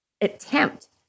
attempt